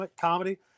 comedy